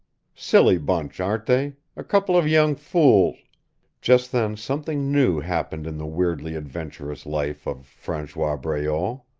silly bunch, aren't they? a couple of young fools just then something new happened in the weirdly adventurous life of francois breault.